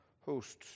hosts